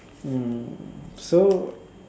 mm so